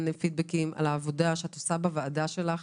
פידבקים על העבודה שאת עושה בוועדה שלך,